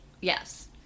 Yes